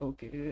Okay